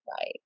Right